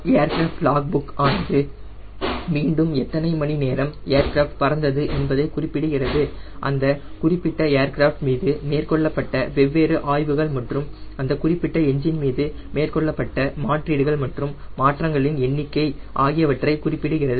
aircraft log book ஆனது மீண்டும் எத்தனை மணி நேரம் ஏர்கிராஃப்ட் பறந்தது என்பதை குறிப்பிடுகிறது அந்த குறிப்பிட்ட ஏர்கிராஃப்ட் மீது மேற்கொள்ளப்பட்ட வெவ்வேறு ஆய்வுகள் மேலும் அந்த குறிப்பிட்ட எஞ்ஜின் மீது மேற்கொள்ளப்பட்ட மாற்றீடுகள் மற்றும் மாற்றங்களின் எண்ணிக்கை ஆகியவற்றை குறிப்பிடுகிறது